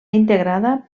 integrada